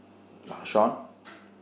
uh shawn